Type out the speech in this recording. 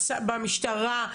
במשטרה,